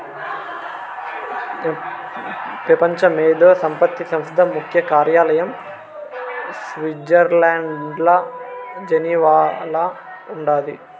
పెపంచ మేధో సంపత్తి సంస్థ ముఖ్య కార్యాలయం స్విట్జర్లండ్ల జెనీవాల ఉండాది